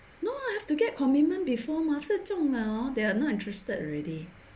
no ah have to get commitment before mah after 种了 hor they are not interested already